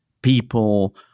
people